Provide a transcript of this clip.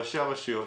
ראשי הרשויות,